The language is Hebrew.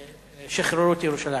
כששחררו את ירושלים.